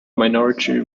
minority